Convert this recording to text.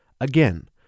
Again